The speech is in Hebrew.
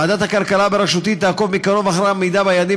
ועדת הכלכלה בראשותי תעקוב מקרוב אחר העמידה ביעדים